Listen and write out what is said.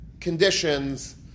conditions